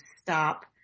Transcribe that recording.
stop